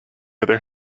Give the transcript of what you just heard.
other